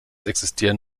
existieren